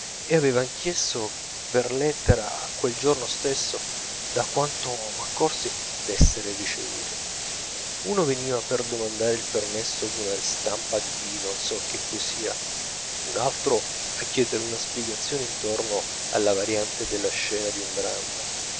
e avevan chiesto per lettera quel giorno stesso da quanto m'accorsi d'essere ricevuti uno veniva per domandare il permesso d'una ristampa di non so che poesia un altro a chiedere una spiegazione intorno alla variante della scena di un dramma